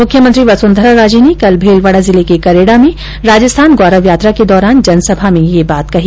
मुख्यमंत्री वसुन्धरा राजे ने कल भीलवाड़ा जिले के करेड़ा में राजस्थान गौरव यात्रा के दौरान जनसभा में यह बात कही